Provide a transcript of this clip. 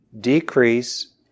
decrease